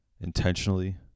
intentionally